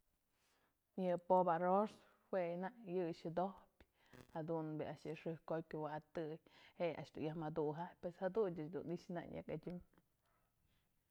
Yë pop'pë arroz jue nak yë xëdojpyë jadun bi'i yë xëjk jotyë kuwatëy je'e a'ax dun yaj mëdukapyë, pues jadun ëx dun i'ixë nak nyë adyun.